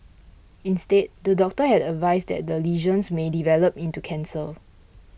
instead the doctor had advised that the lesions may develop into cancer